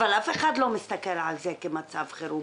אבל אף אחד לא מסתכל על זה כמצב חירום